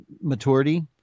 maturity